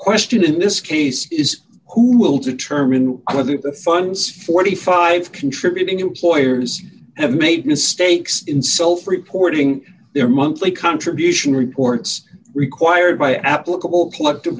question in this case is who will determine whether the funds forty five contributing employers have made mistakes in self reporting their monthly contribution reports required by applicable collective